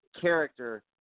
character